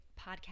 podcast